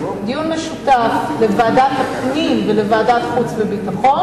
דיון משותף לוועדת הפנים ולוועדת החוץ והביטחון,